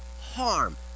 harm